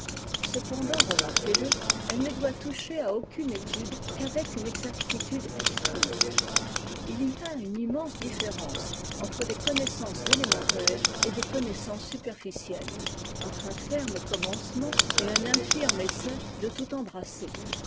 cependant remarquez-le elle ne doit toucher à aucune étude qu'avec une exactitude exquise il y a une immense différence entre des connaissances élémentaires et des connaissances superficielles entre un ferme commencement et un infirme essai de tout embrasser